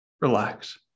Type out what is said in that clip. relax